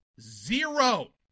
zero